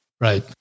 Right